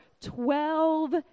twelve